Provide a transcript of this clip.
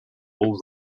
all